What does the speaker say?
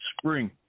spring